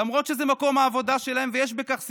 למרות שזה מקום העבודה שלהם ויש בכך סיכון.